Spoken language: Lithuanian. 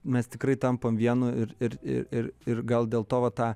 mes tikrai tampame vienu ir ir ir ir gal dėl to vat tą